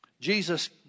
Jesus